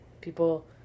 people